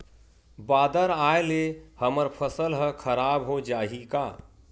बादर आय ले हमर फसल ह खराब हो जाहि का?